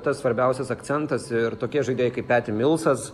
tas svarbiausias akcentas ir tokie žaidėjai kaip peti milsas